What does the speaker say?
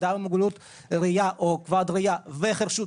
אדם עם מוגבלות ראייה או כבד ראייה וחירשות,